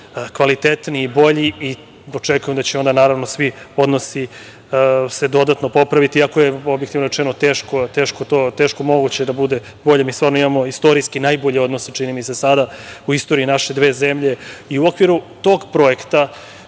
kvalitetniji i bolji i očekujem da će svi odnosi se dodatno popraviti, iako je, objektivno rečeno, to teško moguće da bude bolje. Mi stvarno imamo istorijski najbolje odnose, čini mi se, sada, u istoriji naše zemlje. I u okviru tog projekta,